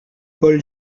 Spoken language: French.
paul